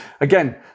again